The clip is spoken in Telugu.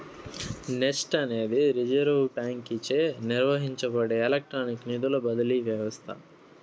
నెస్ట్ అనేది రిజర్వ్ బాంకీచే నిర్వహించబడే ఎలక్ట్రానిక్ నిధుల బదిలీ వ్యవస్త